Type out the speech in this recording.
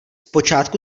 počátku